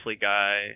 guy